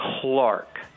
Clark